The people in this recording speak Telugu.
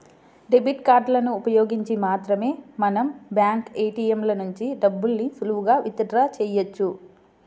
డెబిట్ కార్డులను ఉపయోగించి మాత్రమే మనం బ్యాంకు ఏ.టీ.యం ల నుంచి డబ్బుల్ని సులువుగా విత్ డ్రా చెయ్యొచ్చు